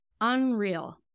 unreal